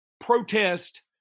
protest